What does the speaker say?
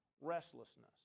restlessness